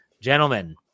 Gentlemen